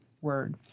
word